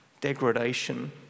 degradation